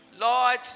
Lord